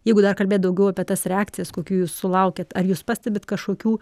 jeigu dar kalbėt daugiau apie tas reakcijas kokių jūs sulaukiat ar jūs pastebit kažkokių